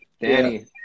Danny